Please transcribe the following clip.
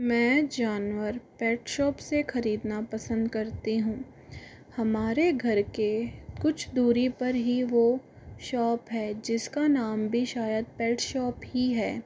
मैं जानवर pet shop से खरीदना पसंद करती हूँ हमारे घर के कुछ दूरी पर ही वो शॉप है जिसका नाम भी शायद पेट शॉप ही है